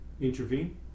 intervene